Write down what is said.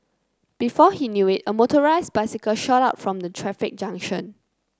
before he knew it a motorised bicycle shot out from the traffic junction